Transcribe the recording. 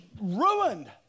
ruined